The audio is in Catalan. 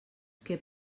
que